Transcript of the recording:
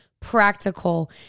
practical